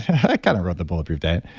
ah yeah kind of wrote the bulletproof diet.